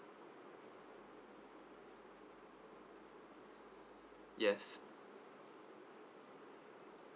yes